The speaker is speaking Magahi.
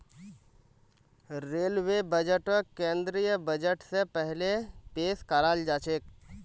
रेलवे बजटक केंद्रीय बजट स पहिले पेश कराल जाछेक